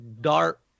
dark